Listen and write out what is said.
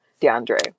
DeAndre